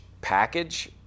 package